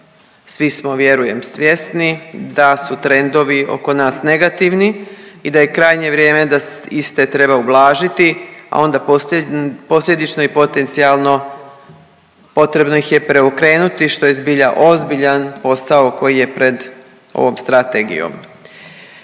svi smo vjerujem svjesni da su trendovi oko nas negativni i da je krajnje vrijeme da iste treba ublažiti, a onda posljedično i potencijalno potrebno ih je preokrenuti što je zbilja ozbiljan posao koji je pred ovom strategijom.